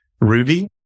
Ruby